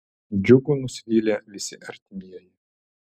džiugu nusivylė visi artimieji